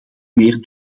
meer